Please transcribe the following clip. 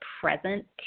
present